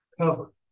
cover